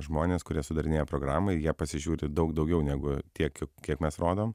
žmonės kurie sudarinėja programą ir jie pasižiūri daug daugiau negu tiek kiek mes rodom